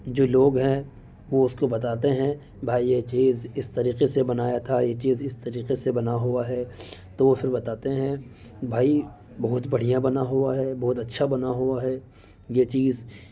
جو لوگ ہیں وہ اس کو بتاتے ہیں بھائی یہ چیز اس طریقے سے بنایا تھا یہ چیز اس طریقے سے بنا ہوا ہے تو پھر بتاتے ہیں بھائی بہت بڑھیا بنا ہوا ہے بہت اچھا بنا ہوا ہے یہ چیز